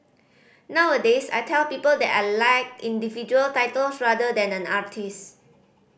nowadays I tell people that I like individual titles rather than an artist